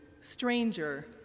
stranger